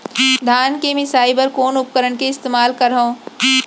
धान के मिसाई बर कोन उपकरण के इस्तेमाल करहव?